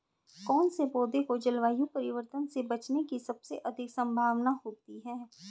कौन से पौधे को जलवायु परिवर्तन से बचने की सबसे अधिक संभावना होती है?